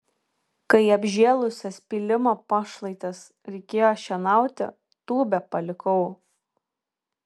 kai apžėlusias pylimo pašlaites reikėjo šienauti tūbę palikau